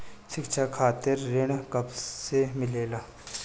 शिक्षा खातिर ऋण कब से मिलेला?